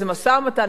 איזה משא-ומתן,